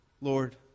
Lord